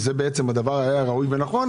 שזה היה ראוי ונכון,